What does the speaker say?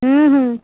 ହୁଁ ହୁଁ